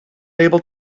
able